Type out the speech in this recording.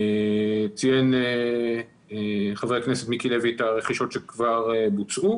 ציין חבר הכנסת מיקי לוי את הרכישות שכבר בוצעו